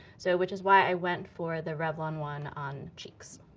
so which is why i went for the revlon one on cheeks.